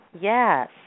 Yes